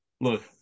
Look